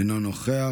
אינו נוכח,